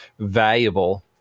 valuable